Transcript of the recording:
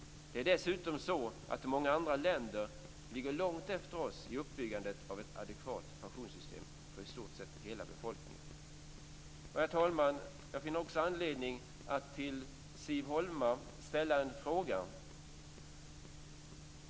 Det är dessutom så att många andra länder ligger långt efter oss i uppbyggandet av ett adekvat pensionssystem för i stort sett hela befolkningen. Herr talman! Jag finner anledning att till Siv Holma ställa en fråga.